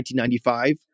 1995